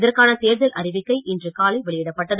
இதற்கான தேர்தல் அறிவிக்கை இன்று காலை வெளியிடப்பட்டது